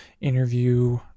interview